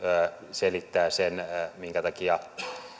selittävät sen minkä takia